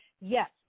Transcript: Yes